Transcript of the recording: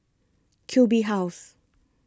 Q B House